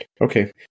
okay